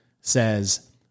says